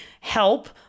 help